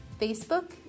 Facebook